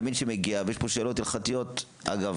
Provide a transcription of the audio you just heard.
תמיד כשאני מגיע ויש פה שאלות הלכתיות אגב,